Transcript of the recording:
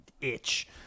itch